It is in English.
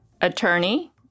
attorney